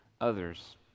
others